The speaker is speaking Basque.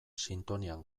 sintonian